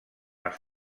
els